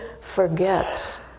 forgets